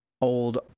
old